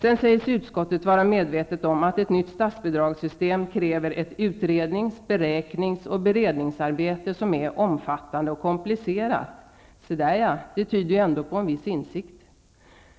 Sedan säger sig utskottet vara medvetet om att ett nytt statsbidragssystem kräver ett utrednings-, beräknings-, och beredningsarbete som är omfattande och komplicerat. Se där ja, det tyder ändå på en viss insikt.